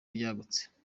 ryagutse